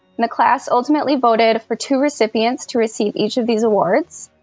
the class ultimately voted for two recipients to receive each of these awards,